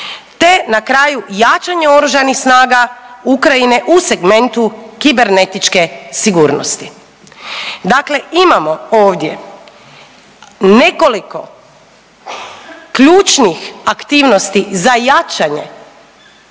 te na kraju jačanje oružanih snaga Ukrajine u segmentu kibernetičke sigurnosti. Dakle imamo ovdje nekoliko ključnih aktivnosti za jačanje